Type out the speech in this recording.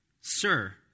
Sir